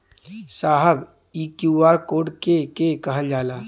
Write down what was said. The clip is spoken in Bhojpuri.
साहब इ क्यू.आर कोड के के कहल जाला?